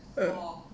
uh